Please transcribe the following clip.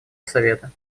совета